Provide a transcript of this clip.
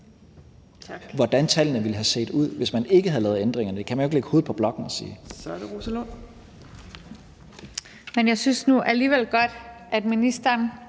hvordan tallene ville have set ud, hvis man ikke havde lavet ændringerne, kan man jo ikke lægge hovedet på blokken og sige. Kl. 17:54 Tredje næstformand (Trine Torp): Så er